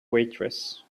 waitress